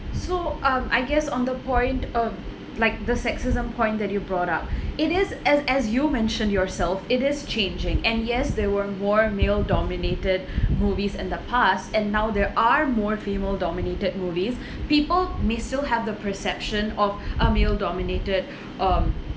so um I guess on the point of like the sexism point that you brought up it is as as you mentioned yourself it is changing and yes there were more male dominated movies in the past and now there are more female dominated movies people may still have the perception of a male dominated um